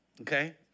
Okay